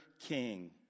king